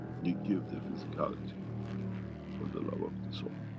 you give the physicality for the love of the soul